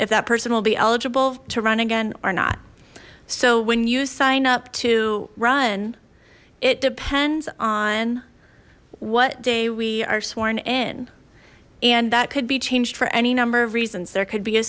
if that person will be eligible to run again or not so when you sign up to run it depends on what day we are sworn in and that could be changed for any number of reasons there could be a